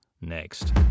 next